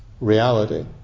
reality